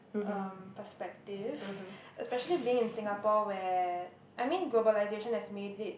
um perspective especially being in Singapore where I mean globalization has made it